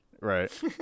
Right